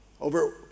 over